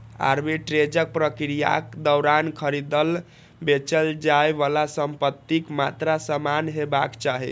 आर्बिट्रेजक प्रक्रियाक दौरान खरीदल, बेचल जाइ बला संपत्तिक मात्रा समान हेबाक चाही